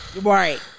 Right